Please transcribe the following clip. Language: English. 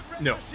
No